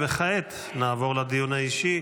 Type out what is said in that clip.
וכעת נעבור לדיון האישי.